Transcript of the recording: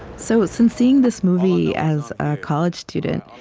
so since seeing this movie as a college student,